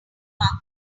market